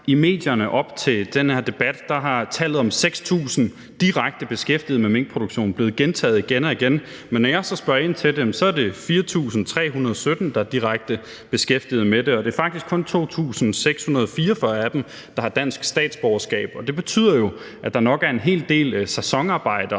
I medierne op til den her debat er tallet om 6.000 direkte beskæftigede i minkproduktionen blevet gentaget igen og igen, men når jeg så spørger ind til det, er det 4.317, der er direkte beskæftigede i den, og det er faktisk kun 2.644 af dem, der har dansk statsborgerskab. Det betyder jo, at der nok er en hel del sæsonarbejdere